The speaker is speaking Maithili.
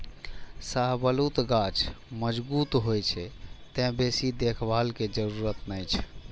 शाहबलूत गाछ मजगूत होइ छै, तें बेसी देखभाल के जरूरत नै छै